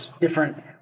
different